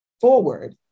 forward